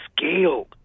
scale